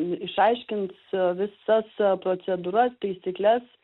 išaiškins visas procedūras taisykles